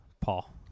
Paul